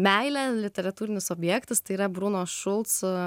meile literatūrinis objektas tai yra bruno šulco